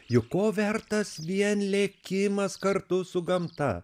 juk to vertas vien lėkimas kartu su gamta